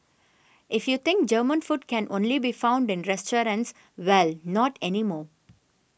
if you think German food can only be found in restaurants well not anymore